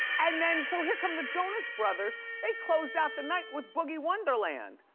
and then, so here come the jonas brothers, they closed out the night with boogie wonderland.